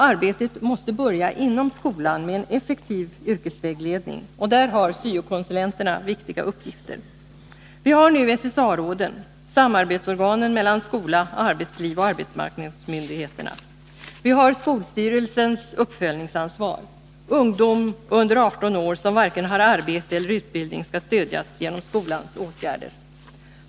Arbetet måste börja inom skolan med en effektiv yrkesvägledning, och här har syokonsulenterna viktiga uppgifter. Vi har nu SSA-råden, samarbetsorganen mellan skola, arbetsliv och arbetsmarknadsmyndigheter. Vi har också skolstyrelsernas uppföljningsansvar: ungdom under 18 år som varken har arbete eller utbildning skall stödjas genom skolans åtgärder.